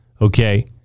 Okay